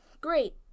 Great